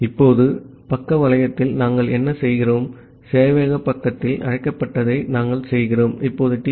இப்போது பக்க வளையத்தில் நாங்கள் என்ன செய்கிறோம் சேவையக பக்கத்தில் அழைக்கப்பட்டதை நாங்கள் செய்கிறோம் இப்போது டி